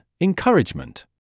Encouragement